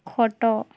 ଖଟ